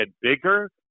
bigger